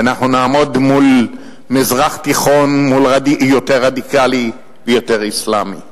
ואנחנו נעמוד מול מזרח תיכון יותר רדיקלי ויותר אסלאמי,